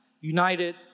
united